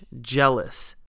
jealous